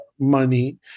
money